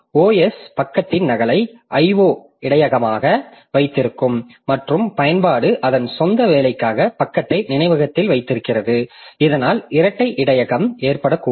OS பக்கத்தின் நகலை IO இடையகமாக வைத்திருக்கிறது மற்றும் பயன்பாடு அதன் சொந்த வேலைக்காக பக்கத்தை நினைவகத்தில் வைத்திருக்கிறது இதனால் இரட்டை இடையகம் ஏற்படக்கூடும்